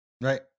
right